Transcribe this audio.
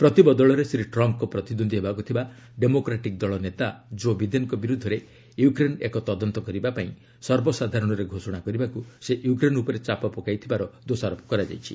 ପ୍ରତିବଦଳରେ ଶ୍ରୀ ଟ୍ରମ୍ଙ୍କ ପ୍ରତିଦ୍ୱନ୍ଦି ହେବାକୁ ଥିବା ଡେମୋକ୍ରାଟିକ୍ ଦଳ ନେତା ଜୋ ବିଦେନଙ୍କ ବିରୃଦ୍ଧରେ ୟୁକ୍ରେନ୍ ଏକ ତଦନ୍ତ କରିବା ପାଇଁ ସର୍ବସାଧାରଣରେ ଘୋଷଣା କରିବାକୁ ସେ ୟୁକ୍ରେନ୍ ଉପରେ ଚାପ ପକାଇଥିବାର ଦୋଷାରୋପ କରାଯାଇଛି